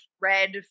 red